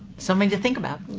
something to think about.